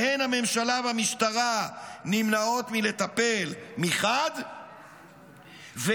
שבהן הממשלה והמשטרה נמנעות מלטפל מחד גיסא,